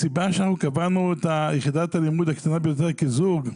הסיבה שאנחנו קבענו את יחידת הלימוד הקטנה ביותר כזוג,